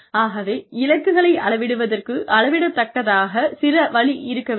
ஆகவே இலக்குகளை அளவிடுவதற்கு அளவிடக்தக்கதாக சில வழி இருக்க வேண்டும்